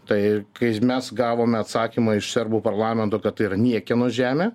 tai kai mes gavome atsakymą iš serbų parlamento kad tai ir niekieno žemė